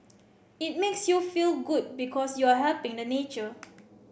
it makes you feel good because you're helping the nature